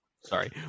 sorry